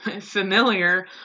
familiar